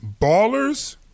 ballers